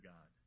God